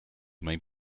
may